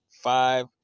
five